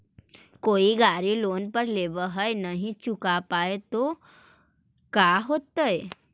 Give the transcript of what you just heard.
कोई गाड़ी लोन पर लेबल है नही चुका पाए तो का होतई?